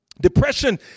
Depression